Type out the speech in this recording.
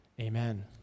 Amen